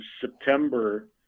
September